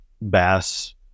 bass